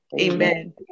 amen